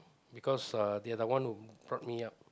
because uh they are the one who brought me up